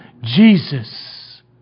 Jesus